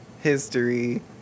history